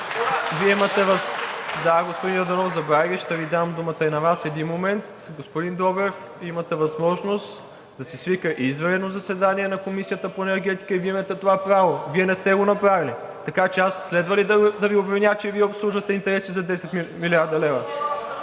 имате възможност да се свика и извънредно заседание на Комисията по енергетиката и Вие имате това право. Вие не сте го направили, така че аз следва и да Ви обвиня, че Вие обслужвате интереси за 10 млрд. лв.